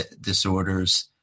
disorders